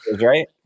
right